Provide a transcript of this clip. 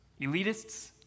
elitists